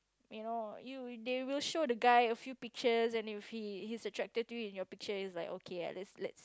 you know you they will show the guy a few pictures and if he he's attracted to you in your picture then he's like okay eh let's let's